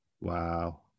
Wow